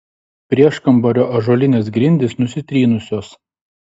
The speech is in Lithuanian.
prieškambario ąžuolinės grindys nusitrynusios